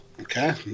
Okay